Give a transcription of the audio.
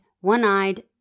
one-eyed